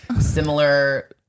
similar